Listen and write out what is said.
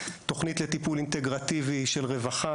תוכנית לטיפול אינטגרטיבי של רווחה,